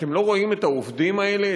אתם לא רואים את העובדים האלה?